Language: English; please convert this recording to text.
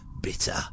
bitter